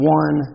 one